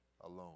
alone